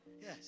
Yes